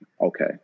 okay